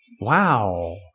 wow